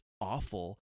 awful